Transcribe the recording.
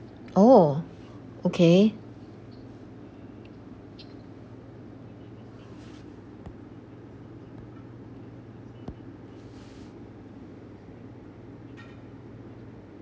oh okay